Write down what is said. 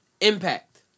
impact